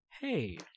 hey